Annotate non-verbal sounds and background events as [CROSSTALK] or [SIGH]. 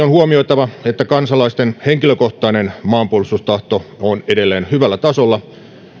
[UNINTELLIGIBLE] on huomioitava että kansalaisten henkilökohtainen maanpuolustustahto on edelleen hyvällä tasolla